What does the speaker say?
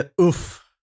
Oof